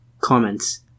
Comments